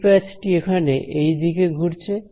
এই প্যাচটি এখানে এই দিকে ঘুরছে